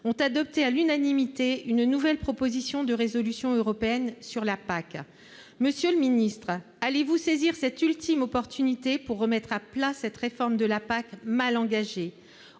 ont adopté, à l'unanimité, une nouvelle proposition de résolution européenne sur la PAC. Monsieur le ministre, allez-vous saisir cette ultime opportunité pour remettre à plat cette réforme de la PAC, mal engagée ?